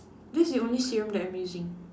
this is the only serum that I'm using